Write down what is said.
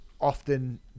often